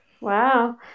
Wow